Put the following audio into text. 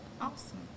Awesome